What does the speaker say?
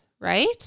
right